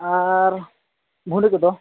ᱟᱨ ᱵᱷᱚᱱᱰᱤ ᱠᱚᱫᱚ